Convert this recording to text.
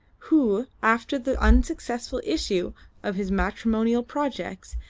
who, after the unsuccessful issue of his matrimonial projects,